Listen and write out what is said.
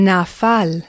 Nafal